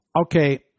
Okay